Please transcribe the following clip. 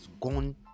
gone